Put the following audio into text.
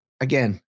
Again